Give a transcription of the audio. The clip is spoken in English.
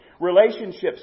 Relationships